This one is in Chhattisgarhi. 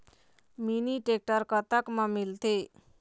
मिनी टेक्टर कतक म मिलथे?